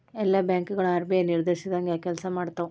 ಎಲ್ಲಾ ಬ್ಯಾಂಕ್ ಗಳು ಆರ್.ಬಿ.ಐ ನಿರ್ದೇಶಿಸಿದಂಗ್ ಕೆಲ್ಸಾಮಾಡ್ತಾವು